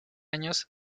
años